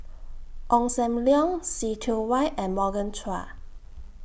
Ong SAM Leong See Tiong Wah and Morgan Chua